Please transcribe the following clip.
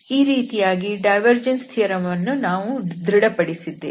ಈ ರೀತಿಯಾಗಿ divergence theorem ಅನ್ನು ನಾವು ದೃಢ ಪಡಿಸಿದ್ದೇವೆ